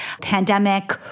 Pandemic